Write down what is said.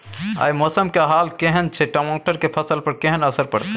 आय मौसम के हाल केहन छै टमाटर के फसल पर केहन असर परतै?